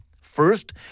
First